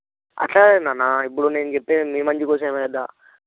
అట్లా కాదు నాన్న ఇప్పుడు నేను చెప్పేది నీ మంచి కోసమే కదా